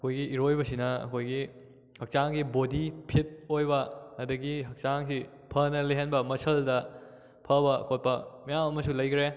ꯑꯩꯈꯣꯏꯒꯤ ꯏꯔꯣꯏꯕꯁꯤꯅ ꯑꯩꯈꯣꯏꯒꯤ ꯍꯛꯆꯥꯡꯒꯤ ꯕꯣꯗꯤ ꯐꯤꯠ ꯑꯣꯏꯕ ꯑꯗꯒꯤ ꯍꯛꯆꯥꯡꯁꯤ ꯐꯅ ꯂꯩꯍꯟꯕ ꯃꯁꯜꯗ ꯐꯕ ꯈꯣꯠꯄ ꯃꯌꯥꯝ ꯑꯃꯁꯨ ꯂꯩꯈ꯭ꯔꯦ